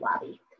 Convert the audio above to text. Lobby